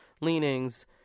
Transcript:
leanings